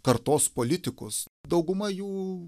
kartos politikus dauguma jų